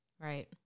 Right